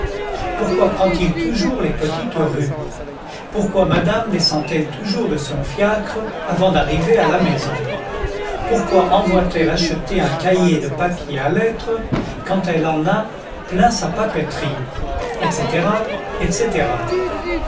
pourquoi prend-il toujours les petites rues pourquoi madame descend elle toujours de son fiacre avant d'arriver à la maison pourquoi envoie t elle acheter un cahier de papier à lettres quand elle en a plein sa papeterie etc etc